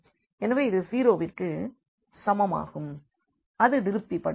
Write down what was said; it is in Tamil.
எனவே இது 0 விற்கு சமமாகும் அது திருப்திபடுத்தும்